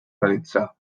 realitzà